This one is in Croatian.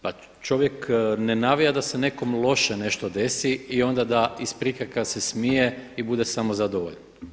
Pa čovjek ne navija da se nekom loše nešto desi i onda da iz prikrajka se smije i bude samozadovoljan.